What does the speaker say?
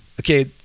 Okay